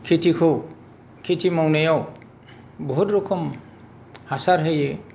खेथिखौ खेथि मावनायाव बहुत रोखोम हासार होयो